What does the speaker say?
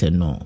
no